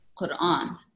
Quran